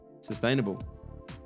sustainable